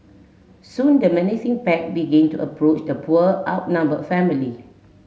soon the menacing pack began to approach the poor outnumbered family